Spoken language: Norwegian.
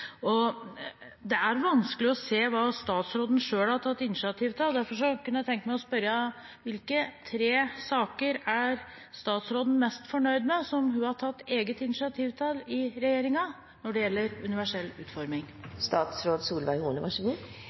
Det er vanskelig å se hva statsråden selv har tatt initiativ til. Derfor kunne jeg tenke meg å spørre: Hvilke tre saker er statsråden mest fornøyd med – og som hun selv har tatt initiativ til i regjeringen – når det gjelder universell utforming?